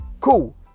Cool